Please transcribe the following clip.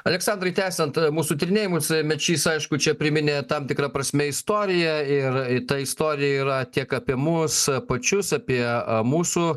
aleksandrai tęsiant mūsų tyrinėjimus mečys aišku čia priminė tam tikra prasme istorija ir ta istorija yra tiek apie mus pačius apie mūsų